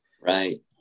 Right